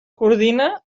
coordina